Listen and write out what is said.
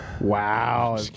Wow